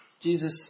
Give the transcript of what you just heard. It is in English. Jesus